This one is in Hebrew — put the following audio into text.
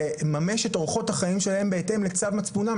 לממש את אורחות החיים שלהם בהתאם לצו מצפונם,